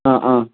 ആ ആ